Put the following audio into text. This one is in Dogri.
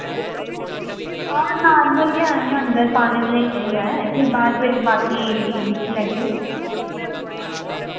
हां नार्मल गै इ'य्यां अंदर पाने लेई चाहिदा ऐ फिर बाद बिच बाकि दिक्खी लैगे